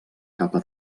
capa